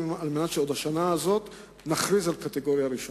כדי שעוד השנה נכריז על קטגוריה ראשונה.